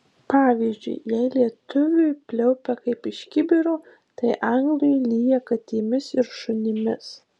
pavyzdžiui jei lietuviui pliaupia kaip iš kibiro tai anglui lyja katėmis ir šunimis